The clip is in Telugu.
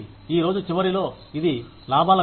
ఈ రోజు చివరిలో ఇది లాభాల గురించి